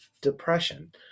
depression